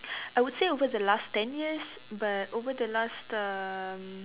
I would say over the last ten years but over the last um